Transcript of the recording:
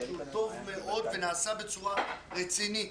שהוא טוב מאוד ונעשה בצורה רצינית.